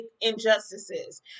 injustices